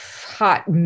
hot